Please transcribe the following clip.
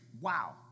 wow